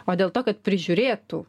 o dėl to kad prižiūrėtų